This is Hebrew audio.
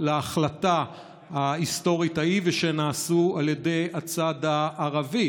להחלטה ההיסטורית ההיא ושנעשו על ידי הצד הערבי.